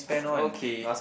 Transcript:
okay